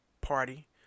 party